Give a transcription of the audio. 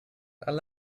alle